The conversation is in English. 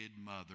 mother